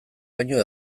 baino